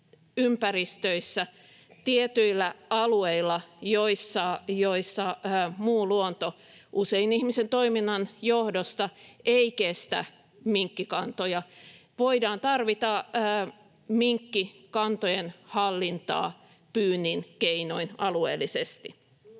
ympäristöissä, tietyillä alueilla, missä muu luonto — usein ihmisen toiminnan johdosta — ei kestä minkkikantoja, voidaan tarvita minkkikantojen hallintaa pyynnin keinoin alueellisesti.